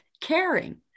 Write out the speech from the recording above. caring